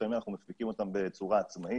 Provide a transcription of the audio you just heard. שלפעמים אנחנו מפיקים אותן בצורה עצמאית